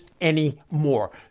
anymore